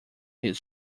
his